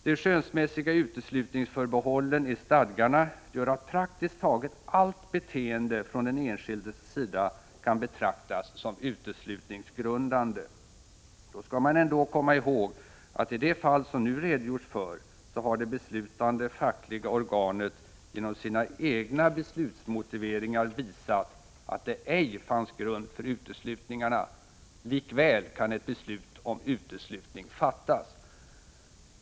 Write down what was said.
De skönsmässiga uteslutningsförbehållen i stadgarna gör att praktiskt taget allt beteende från den enskildes sida kan betraktas som uteslutningsgrundande. Då skall man ändå komma ihåg att i de fall som nu redogjorts för så har det beslutande fackliga organet genom sina egna beslutsmotiveringar visat att det ej fanns grund för uteslutningarna; likväl kan ett beslut om uteslutning fattas.